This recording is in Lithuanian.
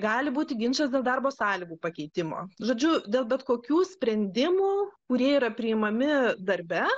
gali būti ginčas dėl darbo sąlygų pakeitimo žodžiu dėl bet kokių sprendimų kurie yra priimami darbe